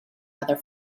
other